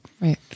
Right